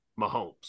Mahomes